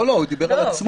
לא, הוא דיבר על עצמו.